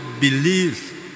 believe